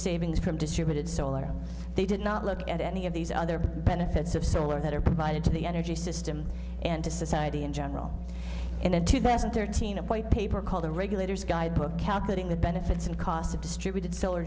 savings from distributed solar they did not look at any of these other benefits of solar that are provided to the energy system and to society in general in a two thousand and thirteen a white paper called the regulators guidebook calculating the benefits and costs of distributed